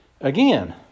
again